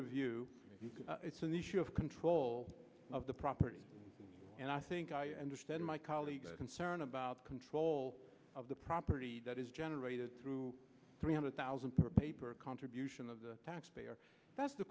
can it's an issue of control of the property and i think i understand my colleague concern about control of the property that is generated through three hundred thousand per paper contribution of the taxpayer that's the